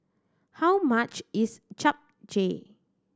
how much is Japchae